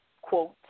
quote